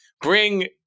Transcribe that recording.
bring